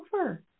over